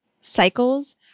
Cycles